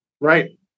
Right